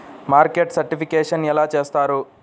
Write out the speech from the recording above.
Market certification ఎలా చేస్తారు?